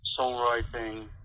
songwriting